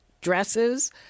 dresses